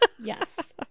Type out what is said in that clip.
Yes